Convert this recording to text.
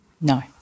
No